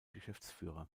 geschäftsführer